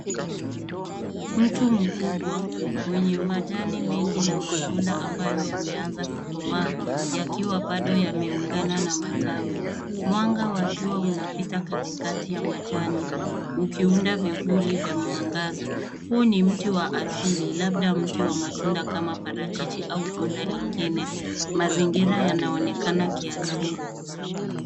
Mti mkubwa, wenye majani mengi na matunda ambayo yameanza kukomaa, yakiwa bado yameungana na matawi. Mwanga wa jua unapita katikati ya majani, ukiunda vivuli vya mwangaza. Huu ni mti wa asili, labda mti wa matunda kama parachichi au tunda lingine. Mazingira yanaonekana kiasili.